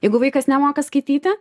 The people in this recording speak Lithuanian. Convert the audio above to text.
jeigu vaikas nemoka skaityti